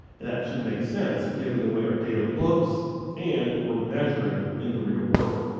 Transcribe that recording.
and that should make sense given the way our data looks and what we're measuring in the real world.